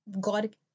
god